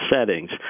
settings